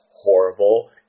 horrible